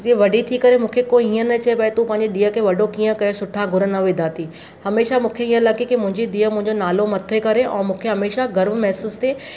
जीअं वॾी थी करे मूंखे कोई हीअं न चए भई तू पंहिंजी धीउ खे वॾो कीअं कयोसि सुठा गुण न विधा अथई हमेशह मूंखे ईअं लॻे के मुंहिंजी धीउ मुंहिंजो नालो मथे करे ऐं मूंखे हमेशह गर्व महसूसु थिए